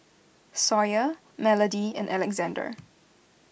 Sawyer Melodie and Alexandr